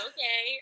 Okay